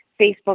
Facebook